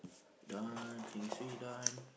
done heng suay done